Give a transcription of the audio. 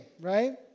right